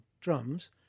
drums